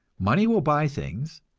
money will buy things,